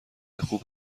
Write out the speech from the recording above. خوب